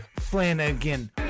Flanagan